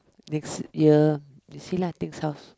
next year we see lah things how